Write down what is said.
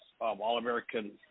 All-American